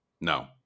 no